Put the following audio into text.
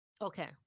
Okay